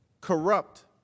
corrupt